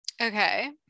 Okay